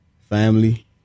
Family